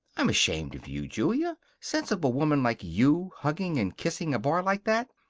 i'm ashamed of you, julia. sensible woman like you, hugging and kissing a boy like that,